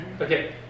Okay